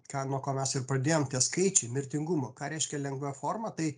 ką nuo ko mes ir pradėjom tie skaičiai mirtingumo ką reiškia lengva forma tai